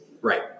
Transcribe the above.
Right